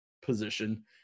position